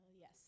Yes